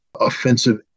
offensive